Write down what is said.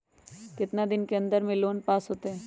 कितना दिन के अन्दर में लोन पास होत?